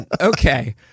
Okay